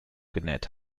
genäht